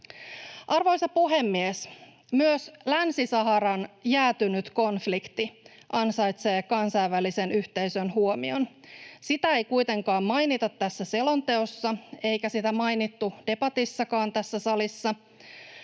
Arvoisa puhemies! Myös Länsi-Saharan jäätynyt konflikti ansaitsee kansainvälisen yhteisön huomioon. Sitä ei kuitenkaan mainita tässä selonteossa eikä sitä mainittu debatissakaan tässä salissa.